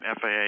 FAA